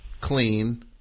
clean